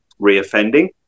reoffending